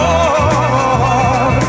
Lord